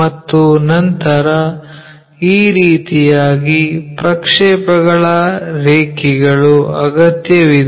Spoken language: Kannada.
ಮತ್ತು ನಂತರ ಈ ರೀತಿಯಾಗಿ ಪ್ರಕ್ಷೇಪಗಳ ರೇಖೆಗಳು ಅಗತ್ಯವಿದೆ